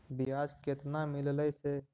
बियाज केतना मिललय से?